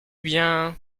bien